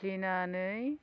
देनानै